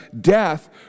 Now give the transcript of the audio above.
death